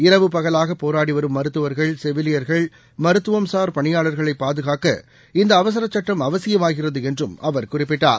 இரவு பகலாகபோராடிவரும் மருத்துவர்கள் செவிலியர்கள் மருத்துவம்சார் பணியாளர்களைபாதுகாக்க இந்தஅவசரச்சுட்டம் அவசியமாகிறதுஎன்றும் அவர் குறிப்பிட்டார்